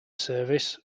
service